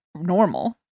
normal